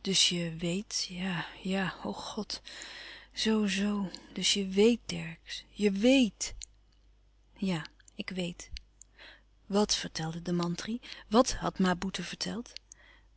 dus je weet ja-ja o god zoo-zoo dus je wéet dercksz je weet ja ik weet wàt vertelde de mantri wat had ma boeten verteld